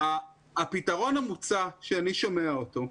הפתרון המוצע שאני שומע אותו,